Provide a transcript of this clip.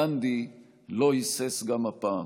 גנדי לא היסס גם הפעם.